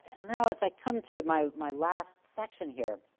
and now, as i come to my my last section here,